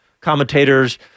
commentators